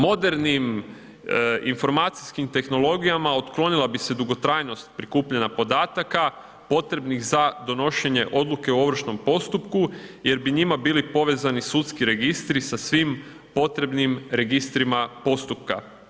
Modernim informacijskim tehnologijama otklonila bi se dugotrajnost prikupljanja podataka potrebnih za donošenje odluke o Ovršnom postupku jer bi njima bili povezani sudski registri sa svim potrebnim registrima postupka.